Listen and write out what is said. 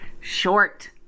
short